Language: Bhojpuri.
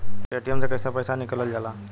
पेटीएम से कैसे पैसा निकलल जाला?